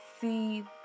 see